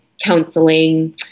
counseling